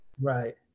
Right